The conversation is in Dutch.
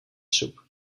soep